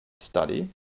study